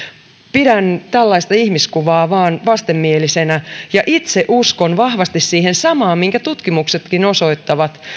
pidän vain tällaista ihmiskuvaa vastenmielisenä ja itse uskon vahvasti siihen samaan minkä tutkimuksetkin osoittavat